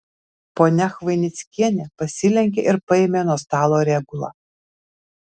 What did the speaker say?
ponia chvainickienė pasilenkė ir paėmė nuo stalo regulą